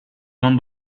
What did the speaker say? non